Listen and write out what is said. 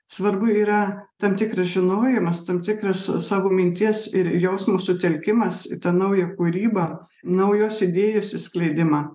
svarbu yra tam tikras žinojimas tam tikras savo minties ir jausmo sutelkimas į tą naują kūrybą naujos idėjos skleidimą